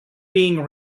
being